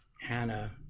Hannah